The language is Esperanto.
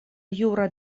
jura